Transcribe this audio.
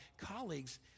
colleagues